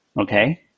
Okay